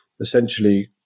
essentially